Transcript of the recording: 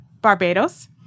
Barbados